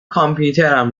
کامپیوترم